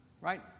Right